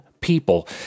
people